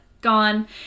gone